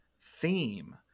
theme